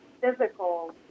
physical